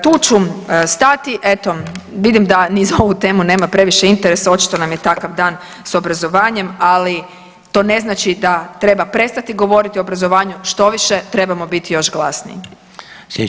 Tu ću stati eto vidim da ni za ovu temu nema previše interesa, očito nam je takav dan s obrazovanjem, ali to ne znači da treba prestati govoriti o obrazovanju štoviše trebamo biti još glasniji.